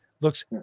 looks